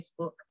Facebook